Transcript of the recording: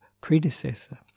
predecessor